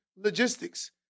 logistics